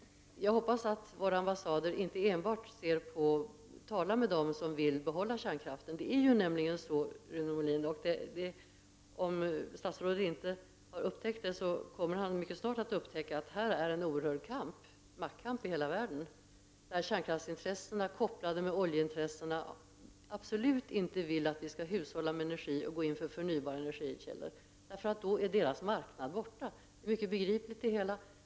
Jag hoppas att våra ambassader inte enbart talar med dem som vill behålla kärnkraften. Om statsrådet inte har upptäckt det så kommer han mycket snart att upptäcka att det pågår en maktkamp i hela världen på detta område. Kärnkraftsintressena kopplade med oljeintressena vill absolut inte att vi skall hushålla med energi och gå inför förnybara energikällor. Då är ju deras marknad borta. Det är mycket begripligt.